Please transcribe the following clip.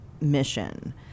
mission